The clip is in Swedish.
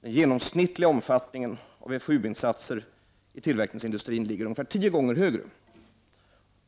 Den genomsnittliga omfattningen av FoU-insatser i tillverkningsindustrin ligger ungefär tio gånger högre.